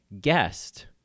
guest